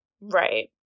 Right